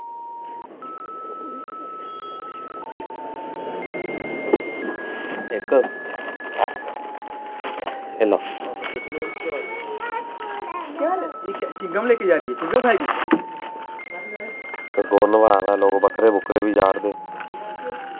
ते गौरन बाबा लोग बक्करे बी चाढ़दे